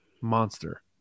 monster